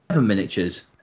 miniatures